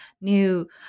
new